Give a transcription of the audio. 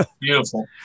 beautiful